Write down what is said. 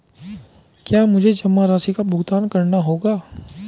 क्या मुझे जमा राशि का भुगतान करना होगा?